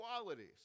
qualities